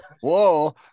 whoa